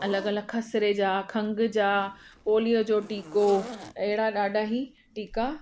अलॻि अलॻि खसरे जा खङ जा पोलियो जो टीको अहिड़ा ॾाढा ई टीका